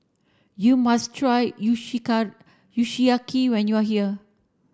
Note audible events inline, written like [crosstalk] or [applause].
you must try [unintelligible] Kushiyaki when you are here